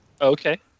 okay